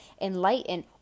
enlighten